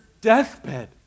deathbed